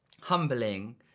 humbling